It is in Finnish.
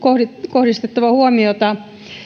kohdistettava huomiota myös